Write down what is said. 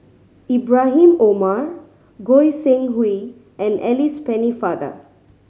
Ibrahim Omar Goi Seng Hui and Alice Pennefather